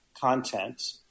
content